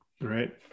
right